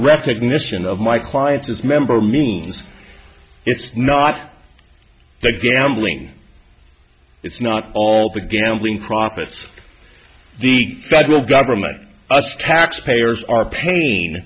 recognition of my clients is member means it's not the gambling it's not all the gambling profits the federal government us taxpayers are paying